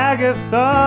Agatha